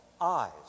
eyes